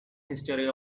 history